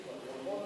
ביחס לאלטרנטיבה.